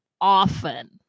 often